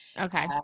Okay